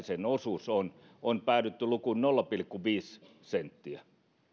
sen osuus on on päädytty lukuun nolla pilkku viisi senttiä